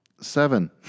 seven